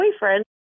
boyfriend